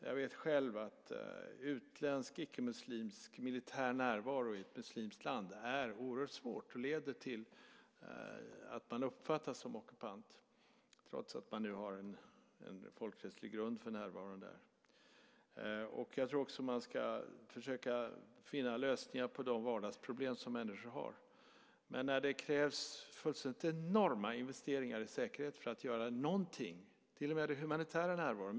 Jag vet själv att det är svårt med utländsk, icke muslimsk militär närvaro i ett muslimskt land. Det leder till att man uppfattas som ockupant även om man har en folkrättslig grund för sin närvaro där. Det är också viktigt att man finner lösningar på de vardagsproblem som människor har. Men det krävs enorma investeringar i säkerhet för att över huvud taget kunna göra någonting, till och med för rent humanitära insatser.